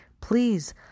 Please